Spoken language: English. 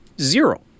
Zero